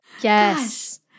Yes